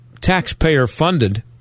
taxpayer-funded